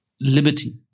liberty